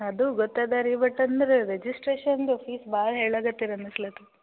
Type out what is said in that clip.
ಅದೂ ಗೊತ್ತದೆ ರೀ ಬಟ್ ಅಂದ್ರೆ ರಿಜಿಸ್ಟ್ರೇಷನ್ದು ಫೀಸ್ ಭಾಳ ಹೇಳೋಕೆ ಹತ್ತಿರಲ್ಲ ಅಂದಿರಲ್ಲ